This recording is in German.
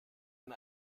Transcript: ein